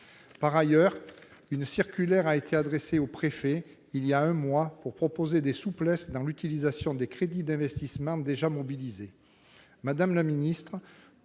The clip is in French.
Par ailleurs, une circulaire a été adressée aux préfets, il y a un mois, pour proposer des souplesses dans l'utilisation des crédits d'investissement déjà mobilisés.